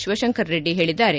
ಶಿವಶಂಕರ ರೆಡ್ಡಿ ಹೇಳದ್ದಾರೆ